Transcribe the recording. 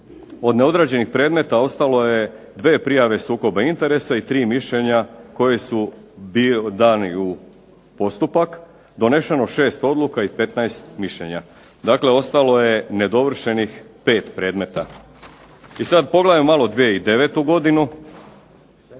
od neodrađenih predmeta ostalo je 2 prijave sukoba interesa i 3 mišljenja koji su bili dani u postupak, donešeno 6 odluka i 15 mišljenja, dakle ostalo je nedovršenih 5 predmeta. I sada pogledajmo malo 2009. godinu,